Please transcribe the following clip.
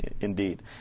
Indeed